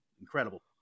incredible